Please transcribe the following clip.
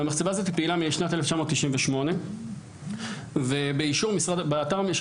והמחצבה הזאת פעילה משנת 1998. באתר הממשל